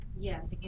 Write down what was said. Yes